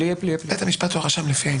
לא, עדיף "בית המשפט או הרשם, לפי העניין".